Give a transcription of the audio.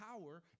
power